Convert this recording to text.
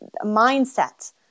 mindset